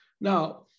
Now